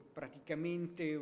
praticamente